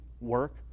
work